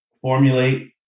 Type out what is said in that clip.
formulate